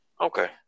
Okay